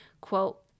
quote